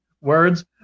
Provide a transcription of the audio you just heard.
words